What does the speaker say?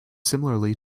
similarly